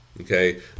Okay